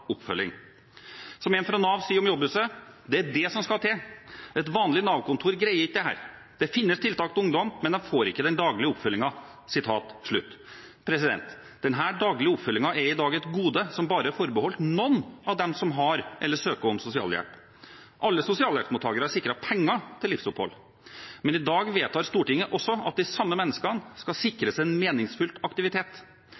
oppfølging. Som en fra Nav sier om Jobbhuset: Det er det som skal til. Et vanlig Nav-kontor greier ikke dette. Det finnes tiltak for ungdom, men de får ikke den daglige oppfølgingen. Denne daglige oppfølgingen er i dag et gode som bare er forbeholdt noen av dem som har eller søker om sosialhjelp. Alle sosialhjelpsmottakere er sikret penger til livsopphold, men i dag vedtar Stortinget også at de samme menneskene skal sikres en meningsfylt aktivitet